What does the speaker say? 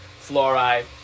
fluoride